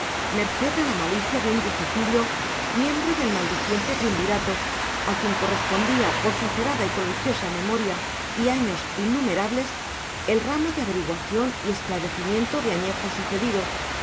a la malicia de un viejecillo miembro del maldiciente triunvirato a quien correspondía por su acerada y prodigiosa memoria y años innumerables el ramo de averiguación y esclarecimiento de añejos sucedidos